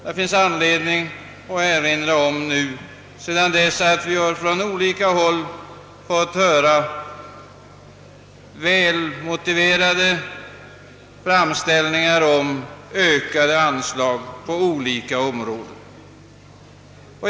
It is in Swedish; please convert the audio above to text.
Det finns all anledning att nu erinra om detta när det från olika håll förs fram välmotiverade framställningar om ökade anslag på olika områden.